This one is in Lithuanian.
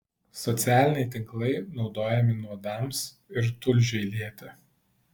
socialiniai tinklai naudojami nuodams ir tulžiai lieti